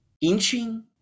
inching